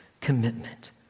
commitment